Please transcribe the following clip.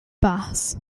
bass